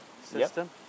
system